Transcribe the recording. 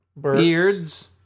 beards